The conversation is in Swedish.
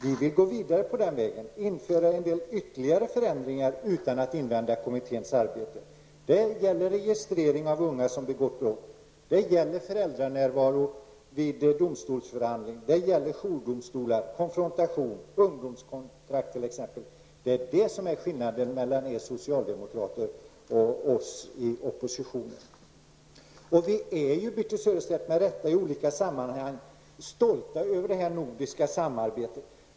Vi vill gå vidare på den vägen och införa en del ytterligare förändringar utan att invänta kommitténs arbete. Det gäller registrering av unga som begått brott, det gäller föräldranärvaro vid domstolsförhandling, det gäller jourdomstolar, det gäller konfrontation och det gäller ungdomskontrakt. Det är detta som är skillnaden mellan er socialdemokrater och oss i oppositionen. Birthe Sörestedt, vi är ju i andra sammanhang med rätta stolta över det nordiska samarbetet.